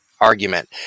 argument